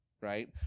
right